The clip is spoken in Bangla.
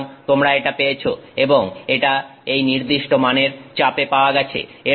সুতরাং তোমরা এটা পেয়েছ এবং এটা এই নির্দিষ্ট মানের চাপে পাওয়া গেছে